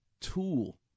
tool